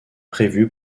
prévu